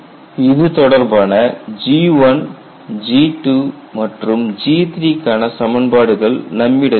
இது தொடர்பான G I G II மற்றும் G III க்கான சமன்பாடுகள் நம்மிடத்தில் உள்ளன